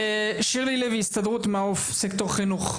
שירלי לוי הסתדרות מעו"ף, סקטור חינוך.